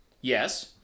yes